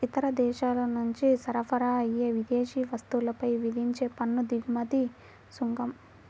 ఇతర దేశాల నుంచి సరఫరా అయ్యే విదేశీ వస్తువులపై విధించే పన్ను దిగుమతి సుంకం